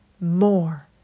more